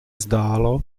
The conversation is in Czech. zdálo